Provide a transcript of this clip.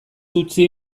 utzi